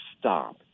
Stop